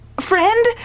Friend